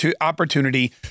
opportunity